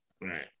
right